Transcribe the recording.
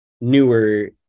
newer